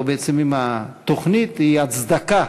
או בעצם אם התוכנית היא הצדקה,